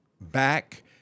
back